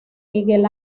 miguel